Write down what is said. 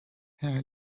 hair